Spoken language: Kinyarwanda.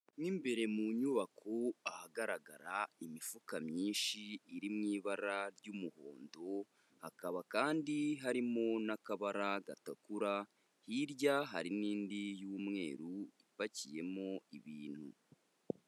Mo imbere mu nyubako ahagaragara imifuka myinshi iri mu ibara ry'umuhondo, hakaba kandi harimo n'akabara gatukura, hirya hari n'indi y'umweru ipakiyemo ibintu.